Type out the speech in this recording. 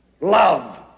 love